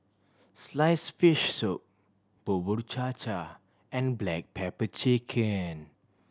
sliced fish soup Bubur Cha Cha and black pepper chicken